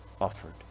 offered